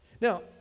Now